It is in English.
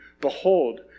behold